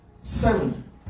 Seven